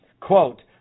Quote